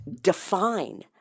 define